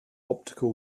optical